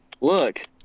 Look